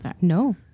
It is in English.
No